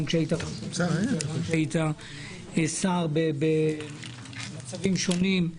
כך היה גם כשהיית שר במצבים שונים.